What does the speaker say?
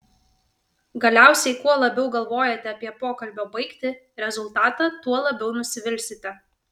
galiausiai kuo labiau galvojate apie pokalbio baigtį rezultatą tuo labiau nusivilsite